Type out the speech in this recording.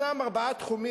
את הפרס,